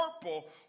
purple